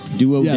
duo